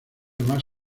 más